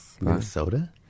Minnesota